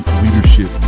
leadership